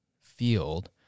field